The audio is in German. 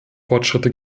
fortschritte